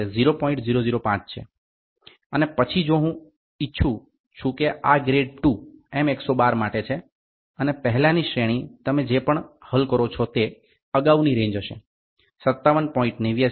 005 છે અને પછી જો હું ઇચ્છું છું કે આ ગ્રેડ II માટે છે અને પહેલાની શ્રેણી તમે જે પણ હલ કરો છો તે અગાઉની રેન્જ હશે 57